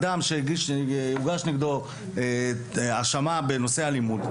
אדם שהוגש נגדו האשמה בנושא אלימות,